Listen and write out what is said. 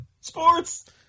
Sports